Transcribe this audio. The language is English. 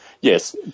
yes